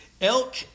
Elk